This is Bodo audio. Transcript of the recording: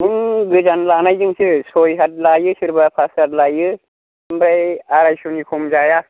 नों गोजान लानायजोंसो सय हाथ लायो सोरबा फास हाथ लायो ओमफ्राय आरायस'नि खम जाया